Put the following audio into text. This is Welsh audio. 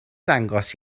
dangos